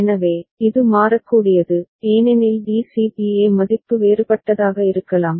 எனவே இது மாறக்கூடியது ஏனெனில் DCBA மதிப்பு வேறுபட்டதாக இருக்கலாம்